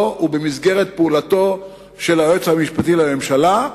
ובמסגרת פעולתו של היועץ המשפטי לממשלה.